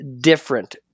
different